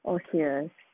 oh serious